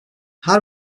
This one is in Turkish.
her